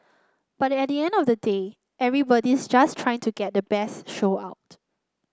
but at the end of the day everybody's just trying to get the best show out